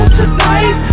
tonight